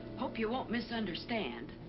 hope you won't misunderstand.